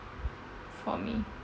for me